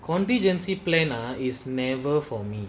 contingency plan ah is never for me